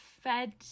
fed